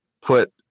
put